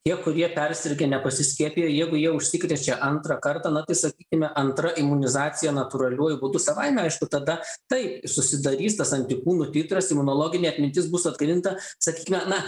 tie kurie persirgę nepasiskiepijo jeigu jau užsikrečia antrą kartą na tai sakykime antra imunizacija natūraliuoju būdu savaime aišku tada taip susidarys tas antikūnų titras imunologinė atmintis bus atgaivinta sakykime na